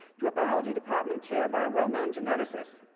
to a biology department chair by a well-known geneticist.